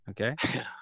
okay